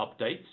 updates